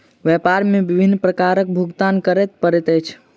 व्यापार मे विभिन्न प्रकारक कर भुगतान करय पड़ैत अछि